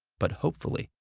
but hopefully,